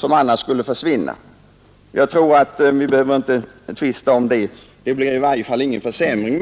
som annars skulle försvinna får vara kvar. Jag tror inte att vi behöver tvista om detta; det blir i varje fall ingen försämring.